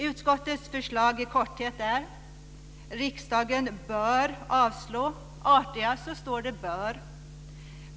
Utskottets förslag i korthet är följande. "Riksdagen bör avslå " Den artigaste formen är "bör".